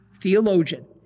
theologian